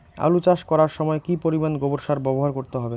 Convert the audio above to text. আলু চাষ করার সময় কি পরিমাণ গোবর সার ব্যবহার করতে হবে?